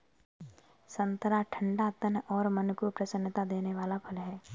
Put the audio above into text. संतरा ठंडा तन और मन को प्रसन्नता देने वाला फल है